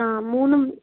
ആ മൂന്നും